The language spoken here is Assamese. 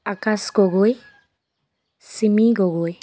আকাশ গগৈ চিমি গগৈ